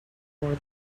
more